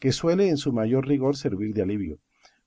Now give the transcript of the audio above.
que suele en su mayor rigor servir de alivio